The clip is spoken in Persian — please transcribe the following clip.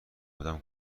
بودم